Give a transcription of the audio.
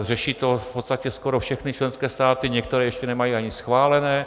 Řeší to v podstatě skoro všechny členské státy, některé to ještě nemají ani schválené.